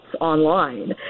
online